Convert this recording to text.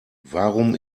warum